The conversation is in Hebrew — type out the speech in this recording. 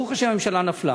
ברוך השם, הממשלה נפלה.